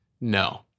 No